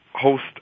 host